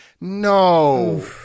No